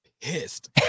pissed